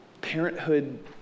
parenthood